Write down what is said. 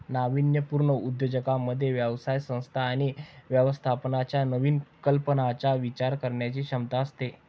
नाविन्यपूर्ण उद्योजकांमध्ये व्यवसाय संस्था आणि व्यवस्थापनाच्या नवीन कल्पनांचा विचार करण्याची क्षमता असते